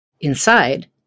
Inside